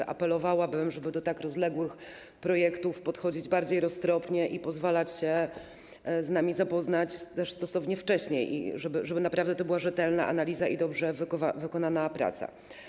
A więc apelowałabym, żeby do tak rozległych projektów podchodzić bardziej roztropnie i pozwalać się z nimi zapoznać stosownie wcześniej, żeby naprawdę to była rzetelna analiza i dobrze wykonana praca.